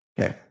Okay